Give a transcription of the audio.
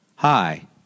Hi